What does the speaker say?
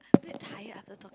very tired after talking